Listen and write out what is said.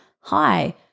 hi